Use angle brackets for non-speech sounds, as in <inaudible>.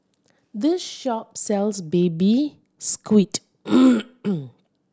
this shop sells Baby Squid <noise>